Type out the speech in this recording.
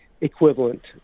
equivalent